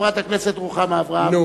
חברת הכנסת רוחמה אברהם,